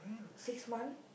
six months